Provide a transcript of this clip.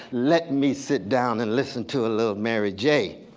let me sit down and listen to a little of mary j.